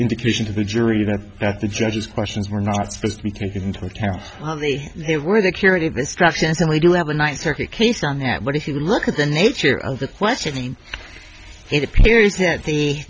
indication to the jury that at the judge's questions were not supposed to be taken into account they were the curative instructions and we do have a nice circuit case on that but if you look at the nature of the questioning it appears that the